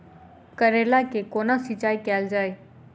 करैला केँ कोना सिचाई कैल जाइ?